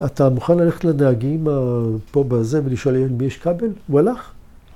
‫אתה מוכן ללכת לדייגים ה... ‫פה בזה ולשאול ‫מי יש כבל? הוא הלך